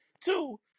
Two